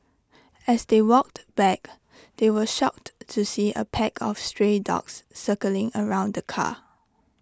as they walked back they were shocked to see A pack of stray dogs circling around the car